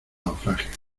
naufragio